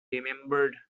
remembered